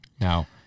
Now